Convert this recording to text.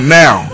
now